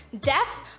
deaf